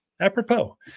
apropos